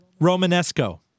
Romanesco